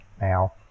now